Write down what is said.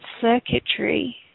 circuitry